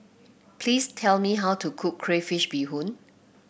please tell me how to cook Crayfish Beehoon